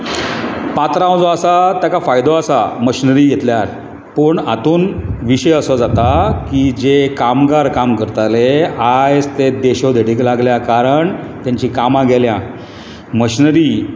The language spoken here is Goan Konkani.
पात्रांव जो आसा तेका फायदो आसा मशिनरी घेतल्या खातीर पूण हातूंत विशय असो जाता की जे कामगार काम करताले आयज ते देशोधडीक लागल्यात कारण तेंचीं कामां गेल्यांत